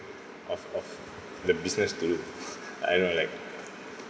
of of the business to do I know like